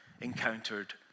encountered